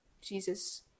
Jesus